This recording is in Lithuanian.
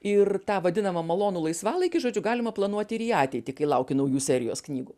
ir tą vadinamą malonų laisvalaikį žodžiu galima planuoti ir į ateitį kai lauki naujų serijos knygų